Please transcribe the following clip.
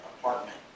apartment